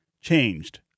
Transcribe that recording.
changed